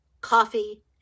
Coffee